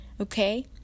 okay